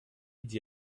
dit